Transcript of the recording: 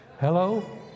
Hello